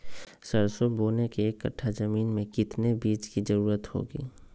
सरसो बोने के एक कट्ठा जमीन में कितने बीज की जरूरत होंगी?